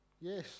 Yes